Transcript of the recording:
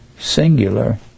singular